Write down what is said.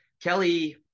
Kelly